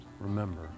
remember